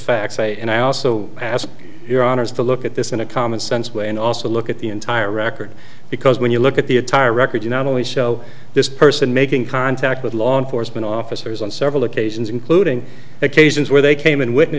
facts and i also ask your honour's to look at this in a common sense why and also look at the entire record because when you look at the attire record you not only show this person making contact with law enforcement officers on several occasions including occasions where they came in witness